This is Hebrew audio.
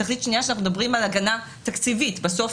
תכלית שנייה על הגנה תקציבית בסוף